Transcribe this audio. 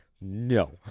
No